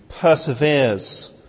perseveres